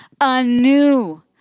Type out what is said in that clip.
anew